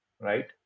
right